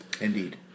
Indeed